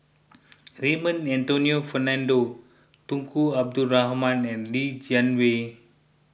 Raymond Anthony Fernando Tunku Abdul Rahman and Li Jiawei